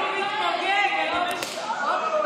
הוא מתמוגג, אני בשוק.